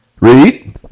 Read